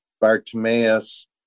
Bartimaeus